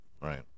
right